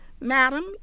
Madam